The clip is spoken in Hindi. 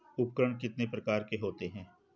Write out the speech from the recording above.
उपकरण कितने प्रकार के होते हैं?